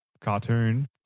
cartoon